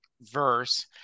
verse